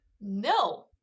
No